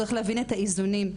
צריך להבין את האיזונים.